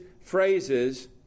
phrases